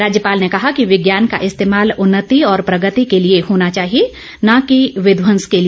राज्यपाल ने कहा कि विज्ञान का इस्तेमाल उन्नति और प्रगति के लिए होना चाहिए न कि विध्वंस के लिए